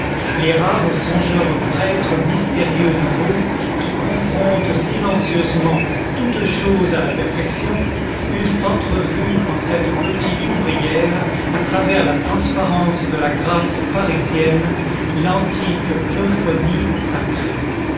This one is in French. les rares songeurs prêtres mystérieux du beau qui confrontent silencieusement toute chose à la perfection eussent entrevu en cette petite ouvrière à travers la transparence de la grâce parisienne l'antique euphonie sacrée